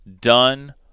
done